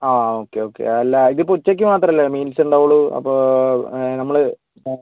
ആ okay okay അല്ല ഇതിപ്പോൾ ഉച്ചയ്ക്ക് മാത്രം അല്ലേ മീൽസ് ഉണ്ടാവുള്ളൂ അപ്പോൾ നമ്മൾ